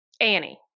Annie